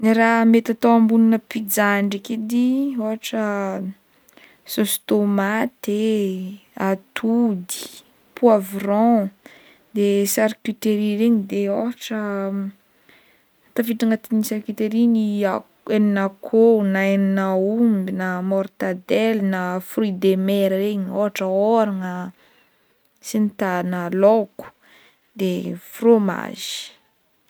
Raha mety atao ambonina pizza ndraiky edy ohatra saosy tomaty e, atody, poivron, de charcuterie regny de, ohatra tafiditra agnaty charcuterie ny akoho ny hena omby na mortadele na fruit de mer regny ohatra oragna sy ny tariny laoko de fromage.